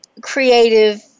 creative